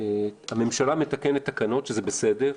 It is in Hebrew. הממשלה מתקנת תקנות שזה בסדר.